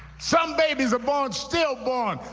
some babies are born stillborn.